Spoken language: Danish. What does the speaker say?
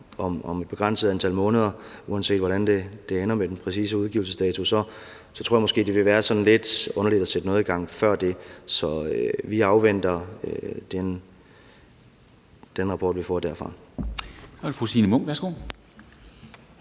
om et begrænset antal måneder, uanset hvordan det ender med den præcise udgivelsesdato, kommer en rapport, vil være sådan lidt underligt. Så vi afventer den rapport, vi får derfra.